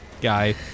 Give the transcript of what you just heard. guy